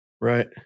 Right